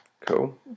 Cool